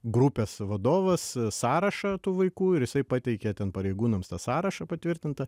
grupės vadovas sąrašą tų vaikų ir jisai pateikia ten pareigūnams tą sąrašą patvirtintą